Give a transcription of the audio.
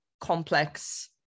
complex